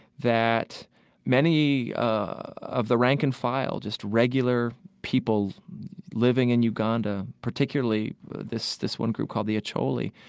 that many ah of the rank and file, just regular people living in uganda, particularly this this one group called the acholi,